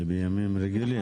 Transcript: מימים רגילים.